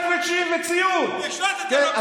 30 שנה אתם בשלטון,